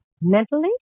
Mentally